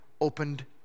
opened